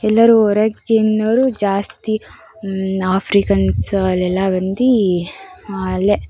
ಎಲ್ಲರೂ ಹೊರಗಿನವರು ಜಾಸ್ತಿ ಆಫ್ರಿಕನ್ಸ್ ಅಲ್ಲೆಲ್ಲ ಬಂದು ಅಲ್ಲೇ